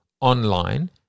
online